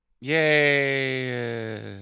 Yay